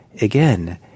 again